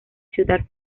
ciudad